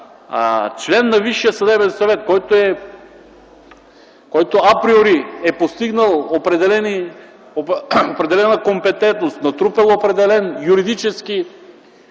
член на Висшия съдебен съвет, който априори е постигнал определена компетентност, натрупал е определен юридически